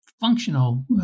functional